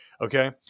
Okay